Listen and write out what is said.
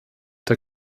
der